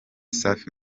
safi